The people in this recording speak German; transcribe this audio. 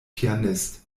pianist